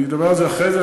אני אדבר על זה אחרי זה,